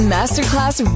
Masterclass